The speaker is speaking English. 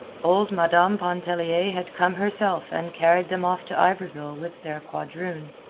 old madame pontellier had come herself and carried them off to iberville with their quadroon.